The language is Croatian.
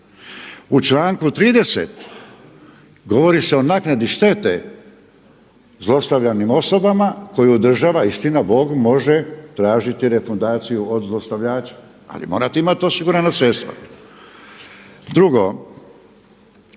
U članku 30. govori se o naknadi štete zlostavljanim osobama koju država istina bog može tražiti refundaciju od zlostavljača ali morate imati osigurana sredstva. Drugo,